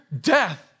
death